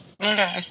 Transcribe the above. Okay